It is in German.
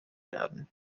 werden